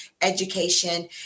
education